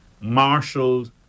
marshaled